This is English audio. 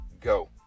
go